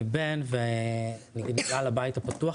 אני בן ואני אספר קצת על הבית הפתוח.